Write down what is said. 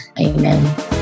amen